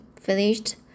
finished